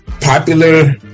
popular